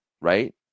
right